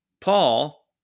Paul